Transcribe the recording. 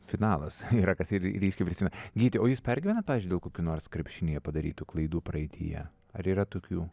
finalas yra kas ir ryškiai prisimena gyti o jūs pergyvenat dėl kokių nors krepšinyje padarytų klaidų praeityje ar yra tokių